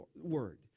word